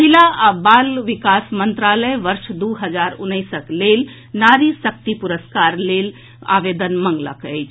महिला आ बाल विकास मंत्रालय वर्ष दू हजार उन्नैसक लेल नारी शक्ति पुरस्कारक लेल आवेदन मंगलक अछि